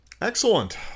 Excellent